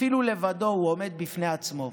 אפילו לבדו, הוא עומד בפני עצמו,